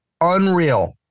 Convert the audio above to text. unreal